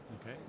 Okay